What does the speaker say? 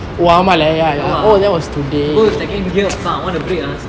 I go to second gear want to brake ah